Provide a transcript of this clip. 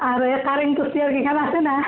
আৰু